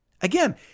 Again